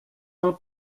del